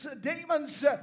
demons